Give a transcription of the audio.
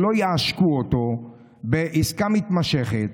שלא יעשקו אותו בעסקה מתמשכת,